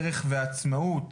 ערך ועצמאות.